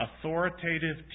authoritative